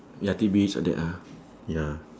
ya tidbits like that ah ya